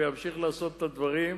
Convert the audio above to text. וימשיך לעשות את הדברים,